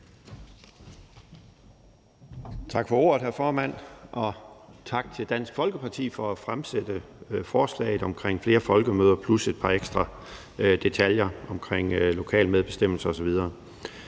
Tak for ordet, hr. formand, og tak til Dansk Folkeparti for at fremsætte forslaget omkring flere folkemøder plus et par ekstra detaljer omkring lokal medbestemmelse osv.